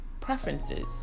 preferences